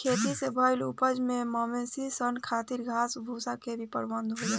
खेती से भईल उपज से मवेशी सन खातिर घास भूसा के भी प्रबंध हो जाला